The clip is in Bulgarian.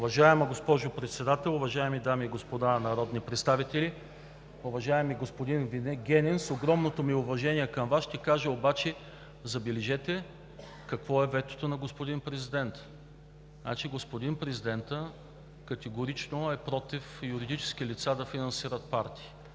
Уважаема госпожо Председател, уважаеми дами и господа народни представители! Уважаеми господин Вигенин, с огромното ми уважение към Вас ще кажа обаче, забележете, какво е ветото на господин президента. Значи, господин президентът категорично е против юридически лица да финансират партии,